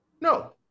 No